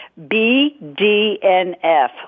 BDNF